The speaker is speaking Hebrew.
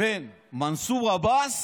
בין מנסור עבאס